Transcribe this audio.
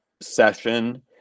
session